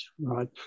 right